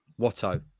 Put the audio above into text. Watto